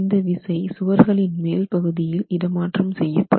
இந்த விசை சுவர்களின் மேல் பகுதியில் இடமாற்றம் செய்ய படும்